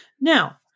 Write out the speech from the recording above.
Now